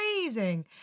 amazing